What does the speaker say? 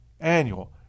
annual